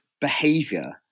behavior